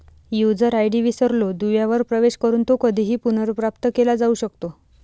user ID विसरलो दुव्यावर प्रवेश करून तो कधीही पुनर्प्राप्त केला जाऊ शकतो